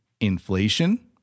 inflation